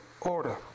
order